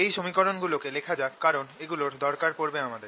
এই সমীকরণ গুলো কে লেখা যাক কারণ এগুলোর দরকার পড়বে আমাদের